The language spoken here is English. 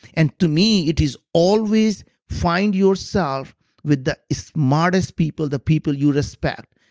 and to me, it is always find yourself with the smartest people, the people you respect.